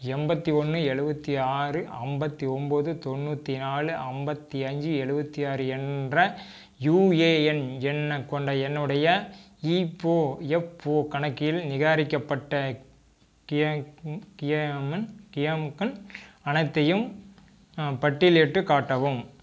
எண்பத்தி ஒன்று எழுவத்தி ஆறு ஐம்பத்தி ஒம்பது தொண்ணூற்றி நாலு ஐம்பத்தி அஞ்சு எழுவத்தி ஆறு என்ற யூஏஎன் எண் கொண்ட என்னுடைய இபோஎஃப்ஓ கணக்கில் நிராகாரிக்கப்பட்ட கியா கியாமன் கியாமுக்கள் அனைத்தையும் பட்டியலிட்டுக் காட்டவும்